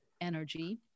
energy